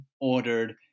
ordered